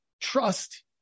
Trust